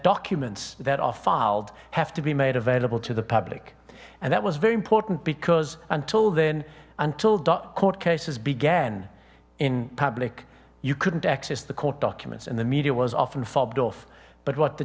documents that are filed have to be made available to the public and that was very important because until then until court cases began in public you couldn't access the court documents and the media was